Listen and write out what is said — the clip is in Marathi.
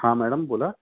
हां मॅडम बोला